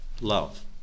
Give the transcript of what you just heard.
love